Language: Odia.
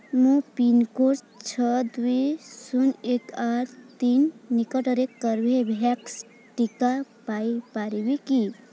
ମୁଁ ପିନ୍କୋଡ଼୍ ଛଅ ଦୁଇ ଶୂନ ଏକ ଆଠ ତିନି ନିକଟରେ କର୍ବେଭ୍ୟାକ୍ସ ଟିକା ପାଇପାରିବି କି